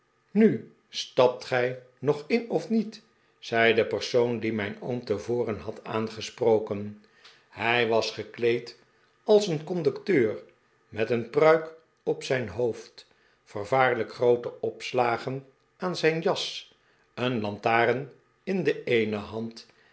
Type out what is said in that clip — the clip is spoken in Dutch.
nu stapt gij nog in of niet zei de persoon die mijn oom tevoren had aangesproken hij was gekleed als een conducteur met een pruik op zijn hoofd vervaarlijk groote opslagen aan zijn jas een lantaren in de eene hand